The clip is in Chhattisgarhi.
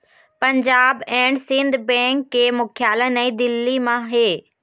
पंजाब एंड सिंध बेंक के मुख्यालय नई दिल्ली म हे